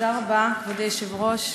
כבוד היושב-ראש,